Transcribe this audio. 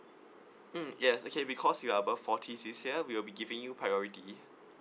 mm yes okay because you are above forty this year we will be giving you priority